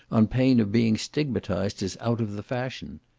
on pain of being stigmatized as out of the fashion.